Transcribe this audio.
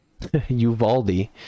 Uvaldi